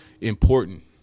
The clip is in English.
important